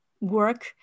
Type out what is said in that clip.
work